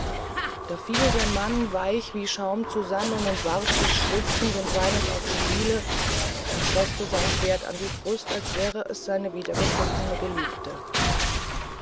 da fiel der mann weich wie schaum zusammen und warf sich schluchzend und weinend auf die diele und preßte sein schwert an seine brust als wäre es seine wiedergefundene geliebte